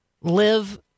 live